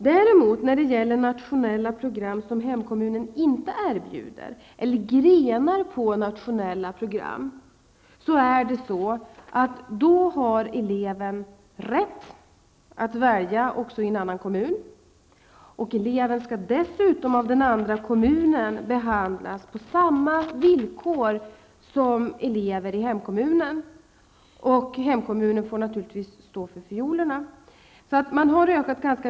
När det däremot gäller nationella program eller grenar på nationella program som hemkommunen inte erbjuder, har eleven rätt att välja en skola också i en annan kommun. Eleven skall dessutom av den andra kommunen behandlas på samma villkor som de egna eleverna. Och elevens hemkommun får naturligtvis stå för fiolerna.